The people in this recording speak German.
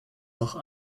noch